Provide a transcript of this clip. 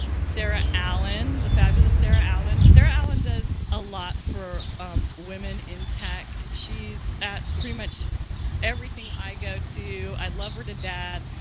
sarah allen, the fabulous sarah allen. sarah allen does a lot for women intact. she is pretty much everything i go to. i love her to death.